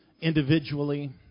individually